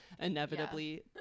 inevitably